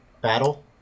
Battle